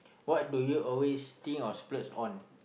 what do you always stinge or splurge on